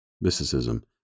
mysticism